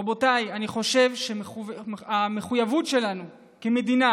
רבותיי, אני חושב שהמחויבות שלנו כמדינה